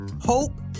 Hope